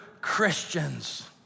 Christians